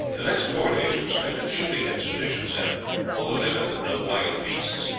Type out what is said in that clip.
the next four days were spent in shooting expeditions, and although they met with no wild beasts,